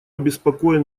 обеспокоен